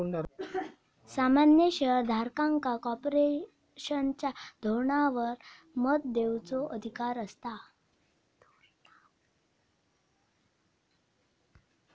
सामान्य शेयर धारकांका कॉर्पोरेशनच्या धोरणांवर मत देवचो अधिकार असता